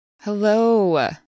Hello